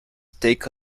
take